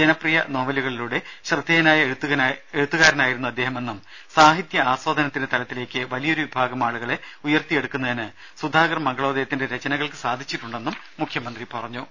ജനപ്രിയ നോവലുകളിലൂടെ ശ്രദ്ധേയനായ എഴുത്തുകാരനായിരുന്നു അദ്ദേഹമെന്നും സാഹിത്യ ആസ്വാദനത്തിന്റെ തലത്തിലേക്ക് വലിയൊരു വിഭാഗം ആളുകളെ ഉയർത്തിയെടുക്കുന്നതിന് സുധാകർ മംഗളോദയത്തിന്റെ രചനകൾക്ക് സാധിച്ചിട്ടുണ്ടെന്ന് മുഖ്യമന്ത്രി പറഞ്ഞു